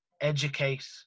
educate